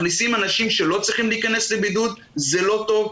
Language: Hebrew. מכניסים לבידוד אנשים שלא צריכים להיכנס לבידוד זה לא טוב,